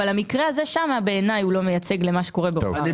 אבל המקרה הזה שם בעיניי הוא לא מייצג את מה שקורה בפועל.